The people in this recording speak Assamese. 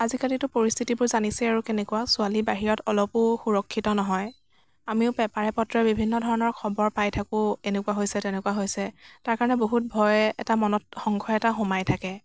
আজিকালিতো পৰিস্থিতিবোৰ জানিছেই আৰু কেনেকুৱা ছোৱালী বাহিৰত অলপো সুৰক্ষিত নহয় আমিও পেপাৰে পত্ৰই বিভিন্ন ধৰণৰ খবৰ পাই থাকোঁ এনেকুৱা হৈছে তেনেকুৱা হৈছে তাৰকাৰণে বহুত ভয় এটা মনত সংশয় এটা সোমাই থাকে